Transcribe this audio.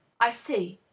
i see.